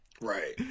right